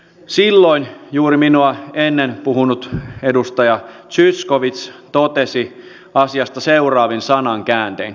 silloin juuri minua ennen puhunut edustaja zyskowicz totesi asiasta seuraavin sanankääntein